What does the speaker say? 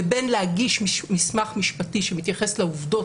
לבין להגיש מסמך משפטי שמתייחס לעובדות